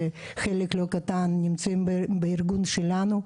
שחלק לא קטן מהם נמצאים בארגון שלנו: